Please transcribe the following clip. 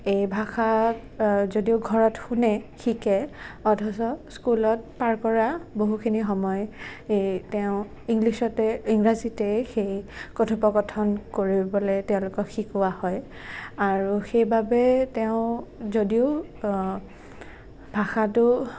এই ভাষাক যদিও ঘৰত শুনে শিকে অথচ স্কুলত পাৰ কৰা বহুখিনি সময় তেওঁ ইংলিচতে ইংৰাজীতে সেই কথোপকথন কৰিবলৈ তেওঁলোকক শিকোৱা হয় আৰু সেইবাবে তেওঁ যদিও ভাষাটো